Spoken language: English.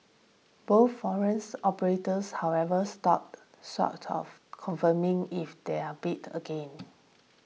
both foreign operators however stopped short of confirming if they are bid again